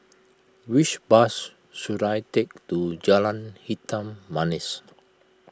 which bus should I take to Jalan Hitam Manis